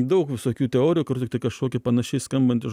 daug visokių teorijų kur tiktai kažkokia panašiai skambantis